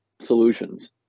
solutions